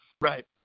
Right